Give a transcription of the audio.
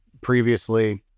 previously